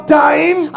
time